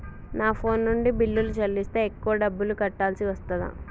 నా ఫోన్ నుండి బిల్లులు చెల్లిస్తే ఎక్కువ డబ్బులు కట్టాల్సి వస్తదా?